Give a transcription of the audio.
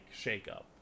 shakeup